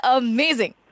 amazing